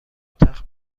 تخت